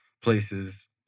places